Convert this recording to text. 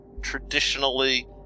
traditionally